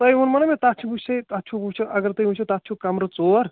تۄہہِ ووٚنمو نا مےٚ تتھ چھُ وُچھِو تتھ چھُ وُچھِو اگر تُہی وُچھِو تتھ چھُ کَمرٕ ژور